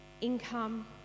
income